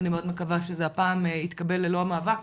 ואני מקווה שזה הפעם יתקבל ללא מאבק,